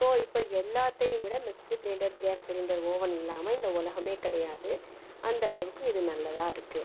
so இப்போது எல்லாத்தையும் விட mixie grinder gas cylinder oven இல்லாமல் இந்த உலகமே கிடையாது அந்தளவுக்கு இது நல்லதாக இருக்குது